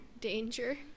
danger